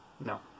No